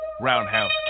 Roundhouse